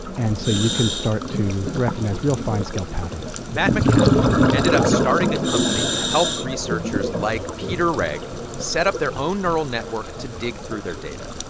and so you can start to recognize real fine-scale patterns matt mckown ended up starting a company to help researchers like peter wrege set up their own neural network to dig through their data,